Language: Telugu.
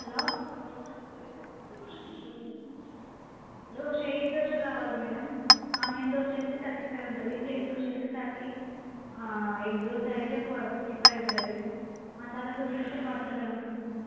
హాలో దోశ ఏ దోశ కావాలి మేడం ఆనియన్ దోశ అయితే తర్టీ ఫైవ్ ఉంటుంది ప్లెయిన్ దోశ అయితే thirty egg dosa fifty five ఉంటుంది మసాల దోశ అయితే ఫార్టీ ఫైవ్ ఉంటుంది మేడం